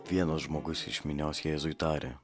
vienas žmogus iš minios jėzui tarė